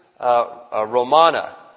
Romana